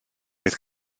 oedd